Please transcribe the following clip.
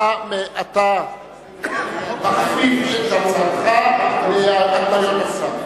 אתה מכפיף את הצעתך להגבלות השר.